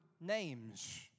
names